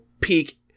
peak